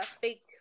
fake